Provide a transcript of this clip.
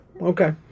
Okay